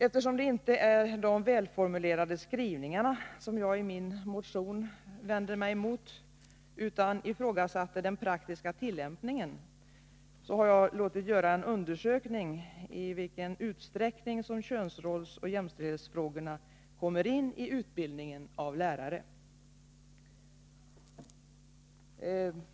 Eftersom det inte är de välformulerade skrivningarna som jag vänder mig mot i min motion utan fastmer ifrågasätter den praktiska tillämpningen av, har jag låtit undersöka i vilken utsträckning könsrolls-/jämställdhetsfrågorna kommer in i utbildningen av lärare.